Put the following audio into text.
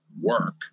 work